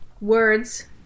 words